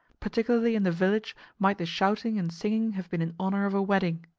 particularly in the village might the shouting and singing have been in honour of a wedding!